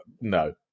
No